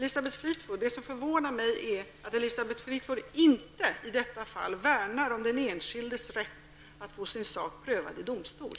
Herr talman! Det som förvånar mig är att Elisabeth Fleetwood inte i detta fall värnar om den enskildes rätt att få sin sak prövad i domstol.